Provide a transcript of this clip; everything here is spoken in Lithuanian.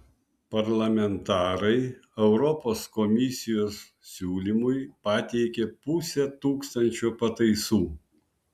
parlamentarai europos komisijos siūlymui pateikė pusę tūkstančio pataisų